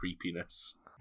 creepiness